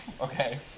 Okay